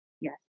yes